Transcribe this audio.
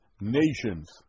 nations